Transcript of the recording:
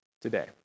today